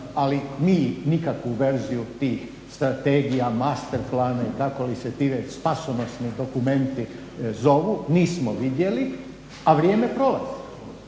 ali mi nikakvu verziju tih strategija, master plan, kako li se ti već spasonosni dokumenti zovu, nismo vidjeli, a vrijeme prolazi.